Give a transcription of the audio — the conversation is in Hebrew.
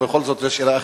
זו בכל זאת שאלה אחרת,